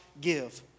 give